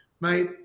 mate